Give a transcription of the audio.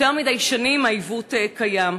יותר מדי שנים העיוות קיים,